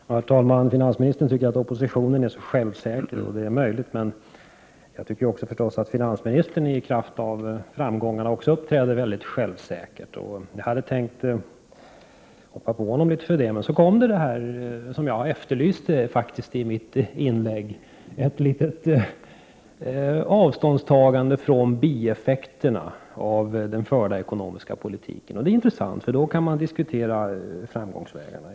Herr talman! Finansministern tycker att oppositionen är självsäker, och det är möjligt att den är. Jag tycker att också finansministern i kraft av framgångarna uppträder mycket självsäkert. Jag hade tänkt ”hoppa på” honom för det, men så kom det som jag efterlyste i mitt inlägg, nämligen ett litet avståndstagande från bieffekterna av den förda ekonomiska politiken. Det var intressant, och därmed kan man diskutera framkomstvägarna.